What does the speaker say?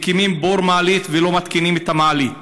מקימים בור מעלית ולא מתקינים את המעלית.